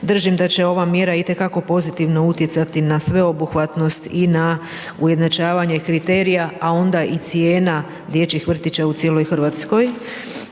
Držim da će ova mjera itekako pozitivno utjecati na sveobuhvatnost i na ujednačavanje kriterija, a onda i cijena dječjih vrtića u cijeloj Hrvatskoj.